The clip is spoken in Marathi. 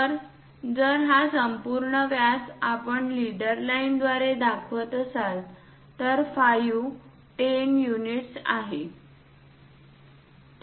तर जर हा संपूर्ण व्यास आपण लीडर लाईन द्वारे दाखवत असाल तर 5 10 युनिट्स आहे